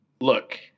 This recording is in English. look